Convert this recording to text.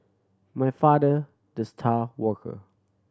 my father the star worker